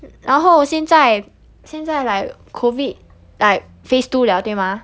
然后现在现在 like COVID like phase two liao 对吗